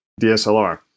DSLR